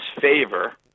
favor